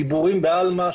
דיבורים בעלמא,